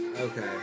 okay